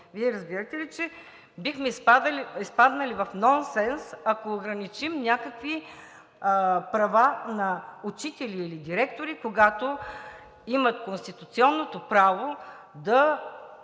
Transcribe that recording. Вие разбирате ли, че бихме изпаднали в нонсенс, ако ограничим някакви права на учители или директори, когато имат конституционното право да